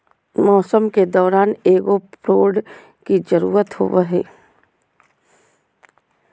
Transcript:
मौसम के दौरान एगो प्रोड की जरुरत होबो हइ